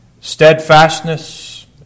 steadfastness